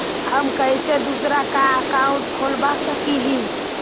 हम कैसे दूसरा का अकाउंट खोलबा सकी ही?